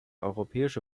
europäische